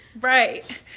Right